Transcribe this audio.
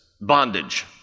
bondage